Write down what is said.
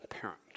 parent